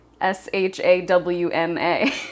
S-H-A-W-N-A